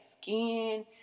skin